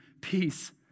peace